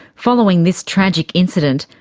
following this tragic incident,